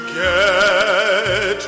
get